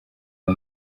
ayo